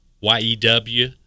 Y-E-W